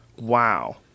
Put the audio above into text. Wow